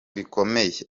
bikomeye